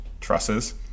trusses